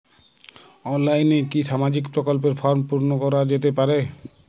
অনলাইনে কি সামাজিক প্রকল্পর ফর্ম পূর্ন করা যেতে পারে?